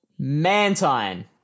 Mantine